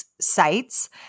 sites